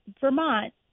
Vermont